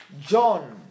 john